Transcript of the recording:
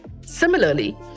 Similarly